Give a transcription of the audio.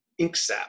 InkSap